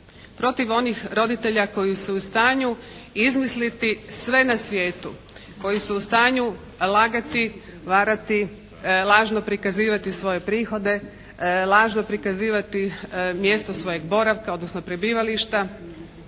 protiv onih roditelja koji su u stanju izmisliti sve na svijetu, koji su u stanju lagati, varati, lažno prikazivati svoje prihode, lažno prikazivati mjesto svojeg boravka odnosno prebivališta